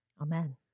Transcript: Amen